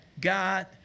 God